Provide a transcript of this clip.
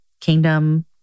Kingdom